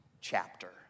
chapter